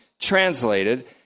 translated